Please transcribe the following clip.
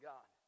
God